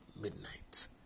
midnight